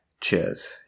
cheers